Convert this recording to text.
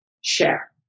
share